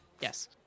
Yes